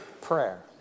prayer